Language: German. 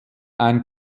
ein